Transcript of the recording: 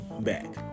back